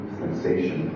sensation